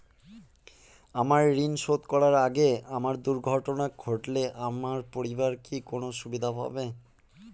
আমার ঋণ শোধ করার আগে আমার দুর্ঘটনা ঘটলে আমার পরিবার কি কোনো সুবিধে পাবে?